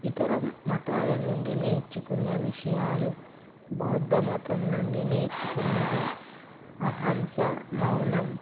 ఇతర మతాల నుండి నేర్చుకున్న విషయాలు బౌద్ధ మతం నుండి నేర్చుకున్నది అహింస మౌనం